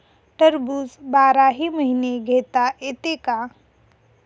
टरबूज बाराही महिने घेता येते का?